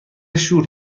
شور